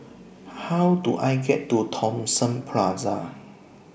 How Do I get to Thomson Plaza